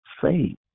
faith